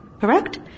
Correct